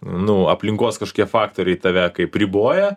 nu aplinkos kažkokie faktoriai tave kaip riboja